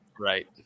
Right